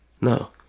No